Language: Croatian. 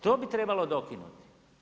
To bi trebalo dokinuti.